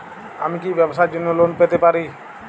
আমি কি ব্যবসার জন্য লোন পেতে পারি?